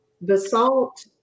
basalt